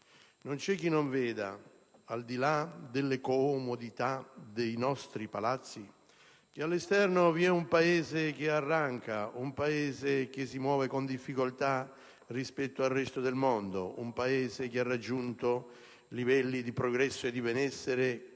Non c'è chi non veda, al di là delle comodità dei nostri Palazzi, che all'esterno vi è un Paese che arranca, un Paese che si muove con difficoltà rispetto al resto del mondo, un Paese che ha raggiunto livelli di progresso e di benessere che